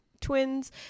twins